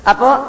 Apo